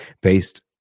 based